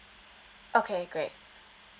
okay great